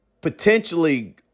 potentially